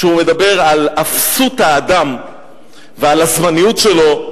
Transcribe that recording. כשהוא מדבר על אפסות האדם ועל הזמניות שלו,